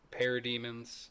parademons